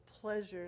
pleasure